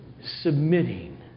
submitting